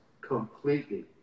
completely